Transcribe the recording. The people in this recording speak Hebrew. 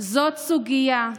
זאת סוגיה,